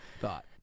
thought